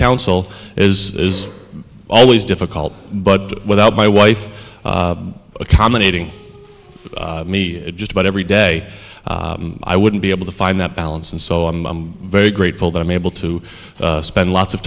council is always difficult but without my wife accommodating me just about every day i wouldn't be able to find that balance and so i'm very grateful that i'm able to spend lots of